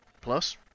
plus